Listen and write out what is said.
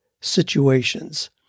situations